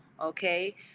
okay